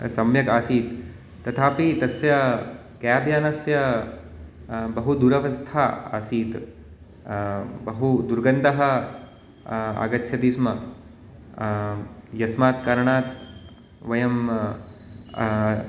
सम्यगासीत् तथापि तस्य केब् यानस्य बहु दुरवस्था आसीत् बहु दुर्गन्धः आगच्छति स्म यस्मात् कारणात् वयं